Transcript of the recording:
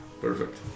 Perfect